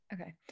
okay